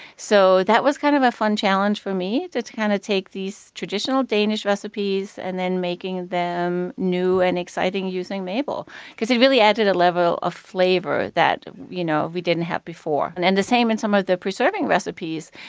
so that was kind of a fun challenge for me, to to kind of take these traditional danish recipes and then making them new and exciting using maple. it added a level of flavor that you know we didn't have before. and and the same in some of the preserving recipes,